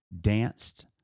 danced